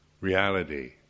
reality